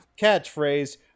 catchphrase